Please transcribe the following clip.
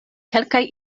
kelkaj